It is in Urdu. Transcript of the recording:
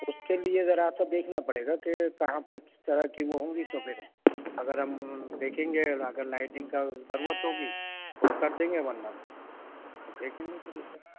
اس کے لیے ذرا سا دیکھنا پڑے گا کہ کہاں پر کس طرح کی وہ ہوں گی تو پھر اگر ہم دیکھیں گے اگر لائٹنگ کا ضرورت ہوگی تو وہ کر دیں گے ورنہ دیکھیں گے پھر اسے